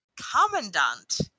Commandant